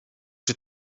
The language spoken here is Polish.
czy